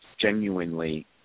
genuinely